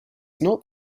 not